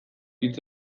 hitz